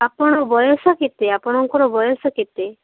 ଆପଣ ବୟସ କେତେ ଆପଣଙ୍କର ବୟସ କେତେ